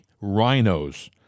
rhinos